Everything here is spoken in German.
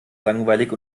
langweilig